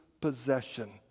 possession